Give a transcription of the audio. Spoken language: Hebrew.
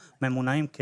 ממונעים,